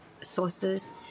sources